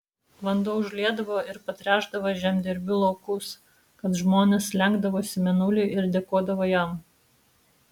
vanduo užliedavo ir patręšdavo žemdirbių laukus tad žmonės lenkdavosi mėnuliui ir dėkodavo jam